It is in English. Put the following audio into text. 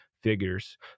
Figures